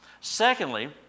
Secondly